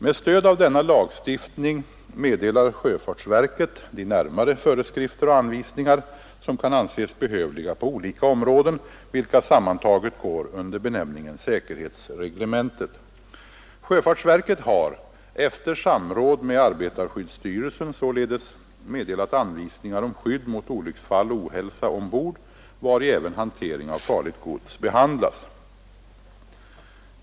Med stöd av denna lagstiftning meddelar sjöfartsverket de närmare föreskrifter och anvisningar som kan anses behövliga på olika områden, vilka sammantaget går under benämningen säkerhetsreglementet. Sjöfartsverket har efter samråd med arbetarskyddsstyrelsen således meddelat anvisningar om skydd mot olycksfall och ohälsa ombord, vari även hantering av farligt gods behandlas.